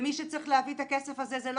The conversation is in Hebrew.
ומי שצריך להביא את הכסף הזה זה לא